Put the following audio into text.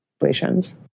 situations